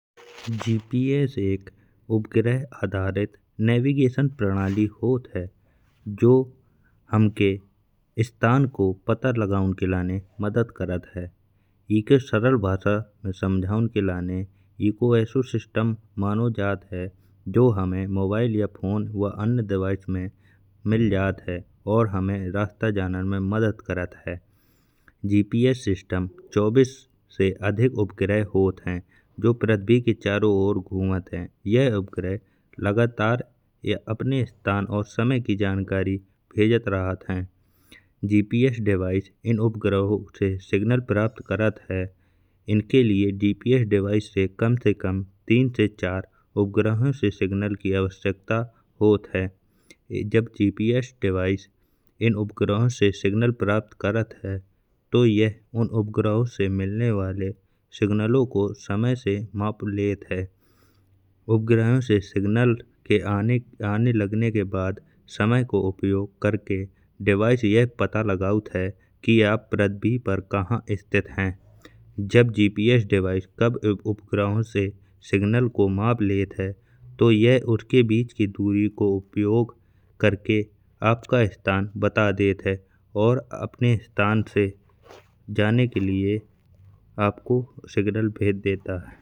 एक दूरबीन एक खास उपकरण होत है जो दूर की चीज़े और बड़ा दिखाउन के लाने मदद करत है। इसे समझाउं के लाने आप सोच सकत है कि यह एक तरह को ज़ूम करणे वाली आँख आए दूरबीन के खास लेंस या याक होत है। जो दूर की वस्तुओ को आने वाली रोशनी को इखट्टा करत है। और उसे फोकस में लेकर एक बड़ी छबी बना देत है। जब दूर की वस्तु से रोशनी दूरबीन के लेंस पर परत है तो लेंस उसे मोडकर आपके आँखो ला देत है। यह रोशनी की तरह घुमत रहत है जिसे आप एके करीब में देख सकत है और बड़ी स्पष्ट और बड़े तरीकों से एको देख सकत है।